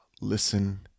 listen